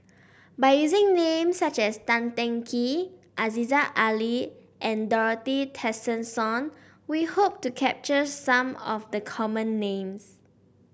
by using names such as Tan Teng Kee Aziza Ali and Dorothy Tessensohn we hope to capture some of the common names